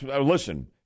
Listen